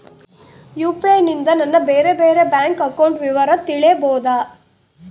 UPI ನಿಂದ ನನ್ನ ಬೇರೆ ಬೇರೆ ಬ್ಯಾಂಕ್ ಅಕೌಂಟ್ ವಿವರ ತಿಳೇಬೋದ?